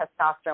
testosterone